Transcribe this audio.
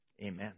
Amen